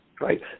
right